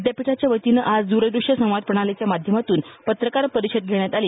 विद्यापीठाच्या वतीनं आज दूरदृष्य संवाद प्रणालीच्या माध्यमातून पत्रकार परिषद घेण्यात आली